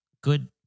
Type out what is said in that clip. good